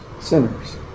sinners